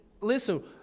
Listen